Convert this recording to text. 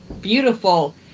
beautiful